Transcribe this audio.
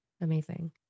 Amazing